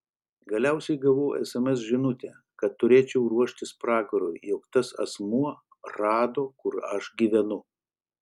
galiausiai gavau sms žinutę kad turėčiau ruoštis pragarui jog tas asmuo rado kur aš gyvenu